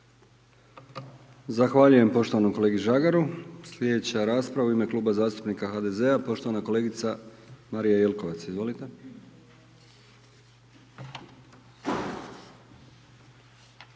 Zahvaljujem poštovanom kolegi Žagaru, sljedeća rasprava, u ime Kluba zastupnika HDZ-a poštovana kolegica Marija Jelkovac, izvolite.